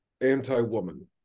anti-woman